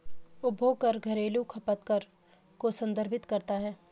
उपभोग कर घरेलू खपत कर को संदर्भित करता है